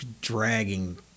dragging